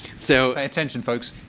so attention, folks.